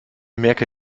merke